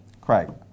Craig